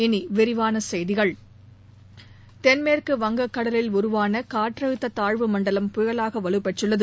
இனி விரிவான செய்திகள் தென்மேற்கு வங்கக்கடலில் உருவான காற்றழுத்த தாழ்வுமண்டலம் புயலாக வலுபெற்றுள்ளது